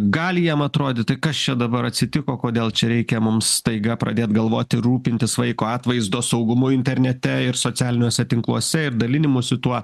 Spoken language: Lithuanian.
gali jam atrodyti kas čia dabar atsitiko kodėl čia reikia mums staiga pradėt galvoti rūpintis vaiko atvaizdo saugumu internete ir socialiniuose tinkluose ir dalinimuosi tuo